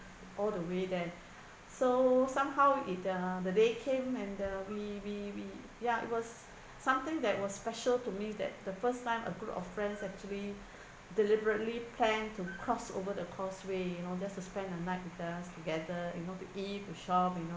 all the way then so somehow it uh the day came and the we we we ya it was something that was special to me that the first time a group of friends actually deliberately plan to cross over the causeway you know just to spend a night with us together you know to eat to shop you know